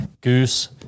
Goose